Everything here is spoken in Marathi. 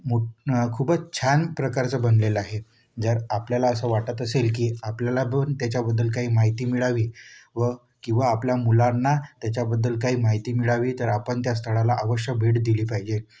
मो खूपच छान प्रकारचं बनलेलं आहे जर आपल्याला असं वाटत असेल की आपल्याला पण त्याच्याबद्दल काही माहिती मिळावी व किंवा आपल्या मुलांना त्याच्याबद्दल काही माहिती मिळावी तर आपण त्या स्थळाला अवश्य भेट दिली पाहिजे